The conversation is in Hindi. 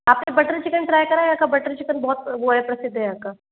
आपने बटर चिकन ट्राई करा है यहाँ का बटर चिकन बहुत वो है प्रसिद्ध है यहाँ का